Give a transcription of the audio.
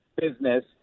business